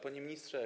Panie Ministrze!